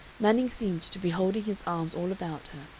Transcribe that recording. manning seemed to be holding his arms all about her,